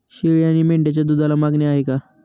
शेळी आणि मेंढीच्या दूधाला मागणी आहे का?